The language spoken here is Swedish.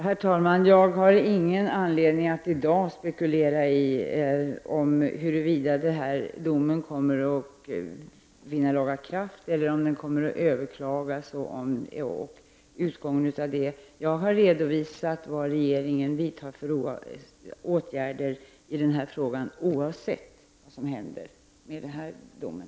Herr talman! Jag har ingen anledning att i dag spekulera i hur det kommer att bliom den här domen kommer att vinna laga kraft eller om den kommer att överklagas, eller vad nu utgången blir. Jag har redovisat vilka åtgärder regeringen har vidtagit i frågan, oavsett vad som händer när det gäller domen.